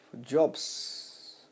jobs